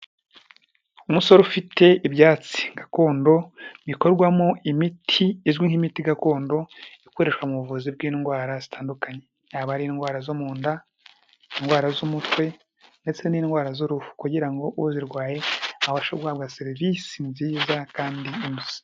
Umusore ufite ibyatsi gakondo bikorwamo imiti izwi nk'imiti gakondo ikoreshwa mu buvuzi bw'indwara zitandukanye, yaba ari indwara zo mu nda, indwara z'umutwe ndetse n'indwara z'uruhu kugira ngo uzirwaye abashe guhabwa serivisi nziza kandi inoze.